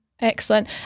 Excellent